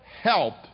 help